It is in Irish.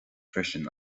freisin